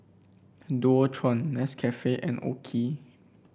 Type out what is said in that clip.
Dualtron Nescafe and OKI